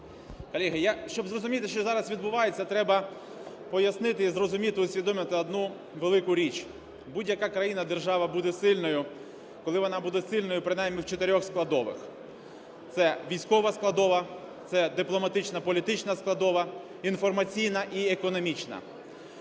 Колеги, щоб зрозуміти, що зараз відбувається, треба пояснити і зрозуміти, усвідомити одну велику річ: будь-яка країна, держава буде сильною, коли вона буде сильною принаймні в чотирьох складових. Це військова складова, це дипломатична політична складова, інформаційна і економічна.